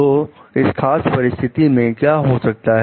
तो इस खास परिस्थिति में क्या हो सकता है